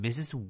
Mrs